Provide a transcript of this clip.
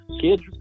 kids